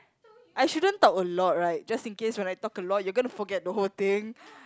I shouldn't talk a lot right just in case when I talk a lot you gonna forgot the whole thing